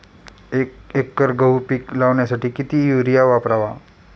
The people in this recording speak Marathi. एक एकर गहू पीक लावण्यासाठी किती युरिया वापरावा?